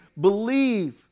believe